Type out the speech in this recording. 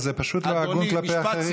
לא, זה פשוט לא הוגן כלפי אחרים.